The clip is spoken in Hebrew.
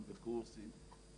גם בקורסים.